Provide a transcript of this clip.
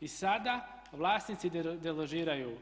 I sada vlasnici deložiraju